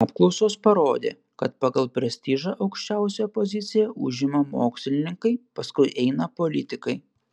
apklausos parodė kad pagal prestižą aukščiausią poziciją užima mokslininkai paskui eina politikai